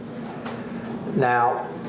Now